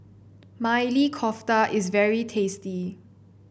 Maili Kofta is very tasty